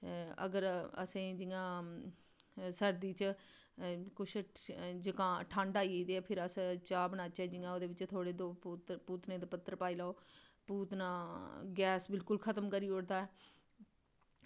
अगर असें जि'यां सरदी च कुछ जुकाम ठंड आई गेई ते फिर अस चाह् बनाचै ते ओह्दे बिच थोह्ड़े दौ पूतनै दे पत्तर पाई ले पूतना गैस बिल्कुल खत्म करी ओड़दा ऐ